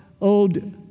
old